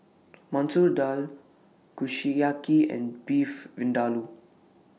Masoor Dal Kushiyaki and Beef Vindaloo